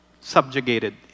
Subjugated